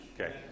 Okay